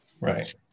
Right